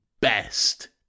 best